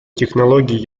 технологий